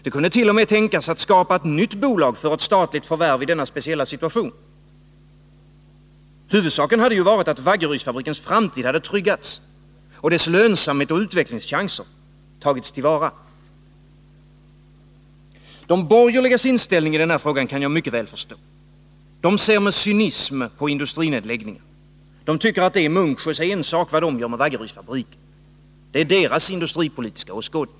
Det kunde t.o.m. tänkas att det för statligt förvärv skapades ett nytt bolag i denna speciella situation. Huvudsaken skulle ha varit att Vaggerydsfabrikens framtid tryggats och dess lönsamhet och utvecklingschanser tagits till vara. De borgerligas inställning i frågan kan jag mycket väl förstå. De ser med cynism på industrinedläggningar. De tycker att det är Munksjös ensak vad de gör med Vaggerydsfabriken. Det är deras industripolitiska åskådning.